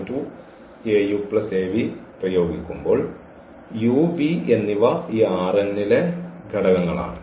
u v എന്നിവ ഈ ലെ ഘടകങ്ങൾ ആണ്